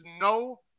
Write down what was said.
no